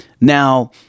Now